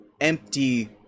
empty